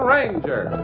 Ranger